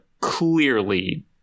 clearly